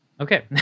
Okay